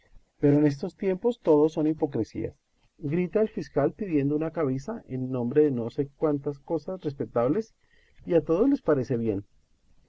pero en estos tiempos todo son hipocresías grita el fiscal pidiendo una cabeza en nombre de no sé cuántas cosas respetables y a todos les parece bien